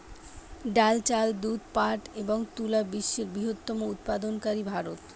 ডাল, চাল, দুধ, পাট এবং তুলা বিশ্বের বৃহত্তম উৎপাদনকারী ভারত